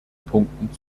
punkten